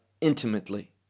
intimately